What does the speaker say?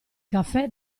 caffè